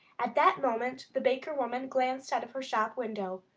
at that moment the baker-woman glanced out of her shop-window.